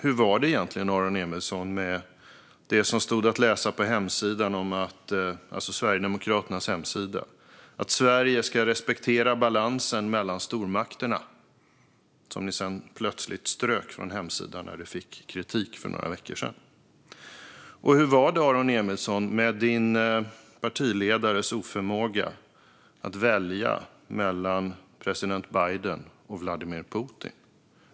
Hur var det egentligen, Aron Emilsson, med det som stod att läsa på Sverigedemokraternas hemsida om att Sverige ska respektera balansen mellan stormakterna, det som ni sedan plötsligt strök från hemsidan när ni fick kritik för några veckor sedan? Och hur var det, Aron Emilsson, med din partiledares oförmåga att välja mellan president Biden och Vladimir Putin?